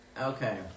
okay